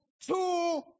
two